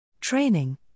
training